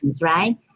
right